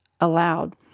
allowed